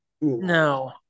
no